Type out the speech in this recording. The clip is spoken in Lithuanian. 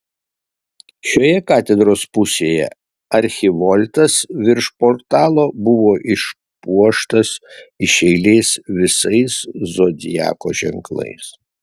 šioje katedros pusėje archivoltas virš portalo buvo išpuoštas iš eilės visais zodiako ženklais